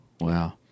Wow